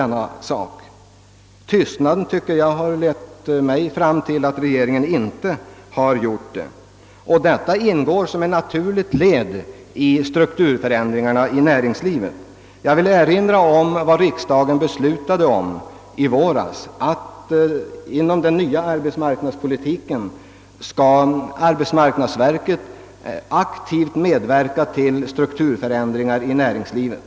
Inrikesministerns tystnad tycker jag tyder på att regeringen inte gjort det. Detta ingår som ett naturligt led i strukturförändringarna inom näringslivet. Jag vill erinra om att riksdagen i våras beslutade, att arbetsmarknadsverket inom den nya arbetsmarknadspoli tiken aktivt skall medverka till strukturförändringar inom näringslivet.